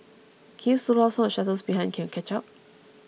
can you slow down so the shuttles behind can catch up